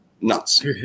Nuts